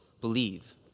believe